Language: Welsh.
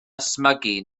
ysmygu